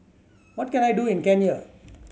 what can I do in Kenya